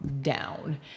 down